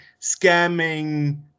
scamming